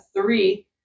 three